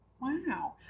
Wow